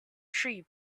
tree